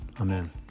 Amen